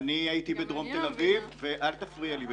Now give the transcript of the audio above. אני הייתי בדרום תל אביב ואל תפריע לי בבקשה.